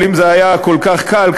אבל אם זה היה כל כך קל,